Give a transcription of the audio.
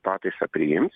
pataisą priims